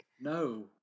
No